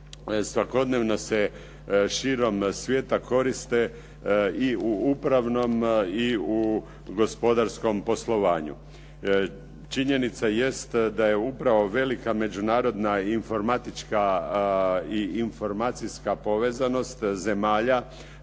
svakodnevno se širom svijeta koriste i u upravnom i u gospodarskom poslovanju. Činjenica jest da je upravo velika međunarodna informatička i informacijska povezanost zemalja